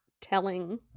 telling